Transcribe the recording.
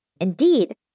Indeed